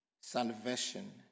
salvation